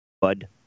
Bud